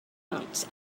months